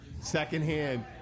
secondhand